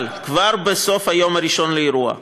אבל כבר בסוף היום הראשון לאירוע,